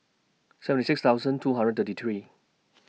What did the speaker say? seven six thousand two hundred thirty three